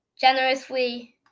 generously